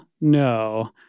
no